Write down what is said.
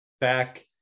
back